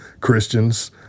christians